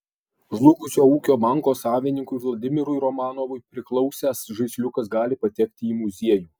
žlugusio ūkio banko savininkui vladimirui romanovui priklausęs žaisliukas gali patekti į muziejų